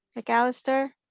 mcallister,